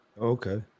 Okay